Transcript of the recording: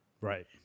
Right